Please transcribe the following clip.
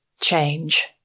change